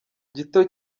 gito